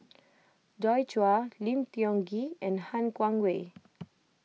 Joi Chua Lim Tiong Ghee and Han Guangwei